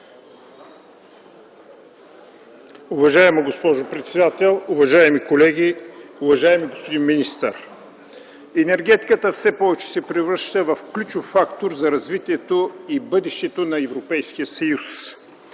Уважаема госпожо председател, уважаеми колеги, уважаеми господин министър! Енергетиката все повече се превръща в ключов фактор за развитието и бъдещето на Европейския съюз.